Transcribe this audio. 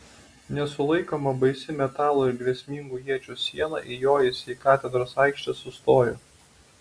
nesulaikoma baisi metalo ir grėsmingų iečių siena įjojusi į katedros aikštę sustojo